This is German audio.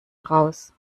raus